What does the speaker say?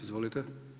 Izvolite.